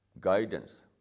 guidance